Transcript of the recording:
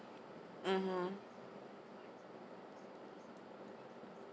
(uh huh)